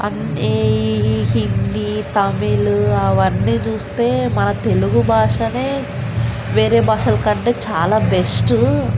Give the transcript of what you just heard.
అన్న హిందీ తమిళ అవన్నీ చూస్తే మన తెలుగు భాషనే వేరే భాషల కంటే చాలా బెస్ట్